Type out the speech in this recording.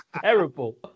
terrible